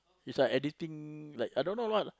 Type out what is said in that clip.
he's like editing like I don't what